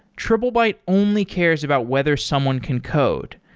triplebyte only cares about whether someone can code.